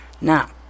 Now